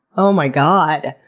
oh my god!